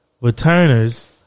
Returners